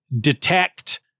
detect